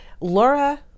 Laura